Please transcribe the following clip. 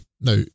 Now